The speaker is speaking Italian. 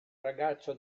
ragazzo